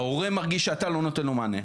ההורה מרגיש שאתה לא נותן לו מענה.